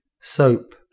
soap